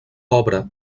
obra